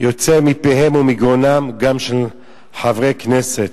יוצאים מפיהם ומגרונם גם של חברי כנסת.